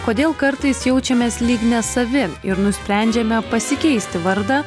kodėl kartais jaučiamės lyg nesavi ir nusprendžiame pasikeisti vardą